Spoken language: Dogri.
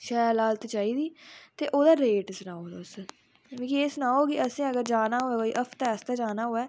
शैल हालत चाहिदी ते ओहदा रैट सनाओ तुस एह् सनाओ असें अगर जाना होऐ कोई हफते आस्तै जाना होऐ